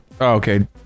Okay